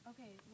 Okay